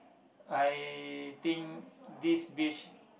I think this beach